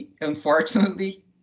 Unfortunately